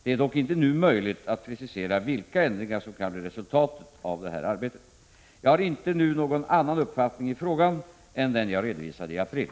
Det är dock inte nu möjligt att precisera vilka ändringar som kan bli resultatet av nämnda arbete. Jag har inte nu någon annan uppfattning i frågan än den jag redovisade i april.